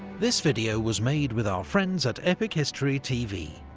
this video was made with our friends at epic history tv.